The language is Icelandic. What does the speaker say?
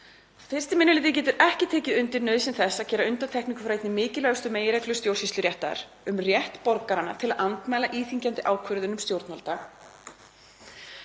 Fyrsti minni hluti getur ekki tekið undir nauðsyn þess að gera undantekningu frá einni mikilvægustu meginreglu stjórnsýsluréttar, þeirri um rétt borgaranna til að andmæla íþyngjandi ákvörðunum stjórnvalda.